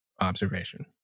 observation